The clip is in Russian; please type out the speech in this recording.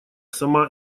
сама